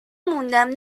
موندم